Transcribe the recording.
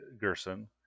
Gerson